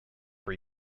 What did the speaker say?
for